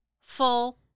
full